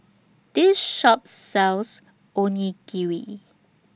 This Shop sells Onigiri